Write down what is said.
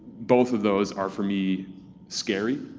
both of those are for me scary.